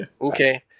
Okay